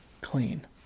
clean